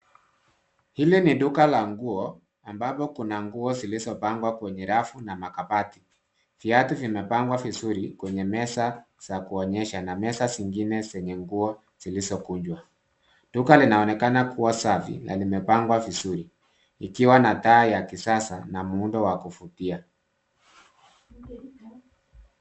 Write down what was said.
Hili ni duka la nguo ambapo kuna nguo zilizopangwa kwenye rafu na makabati, viatu vimepangwa vizuri kwenye meza za kuonyesha na meza zingine zenye nguo zilizokunjwa ,duka linaonekana kuwa safi na limepangwa vizuri ikiwa na taa ya kisasa na muundo wa kuvutia.